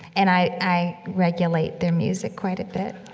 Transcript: and i i regulate their music quite a bit